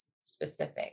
specific